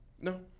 No